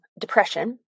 depression